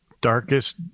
darkest